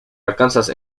arkansas